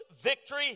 victory